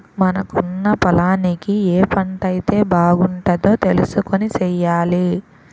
మనకున్న పొలానికి ఏ పంటైతే బాగుంటదో తెలుసుకొని సెయ్యాలి